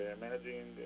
managing